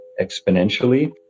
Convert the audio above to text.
exponentially